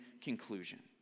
conclusion